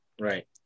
Right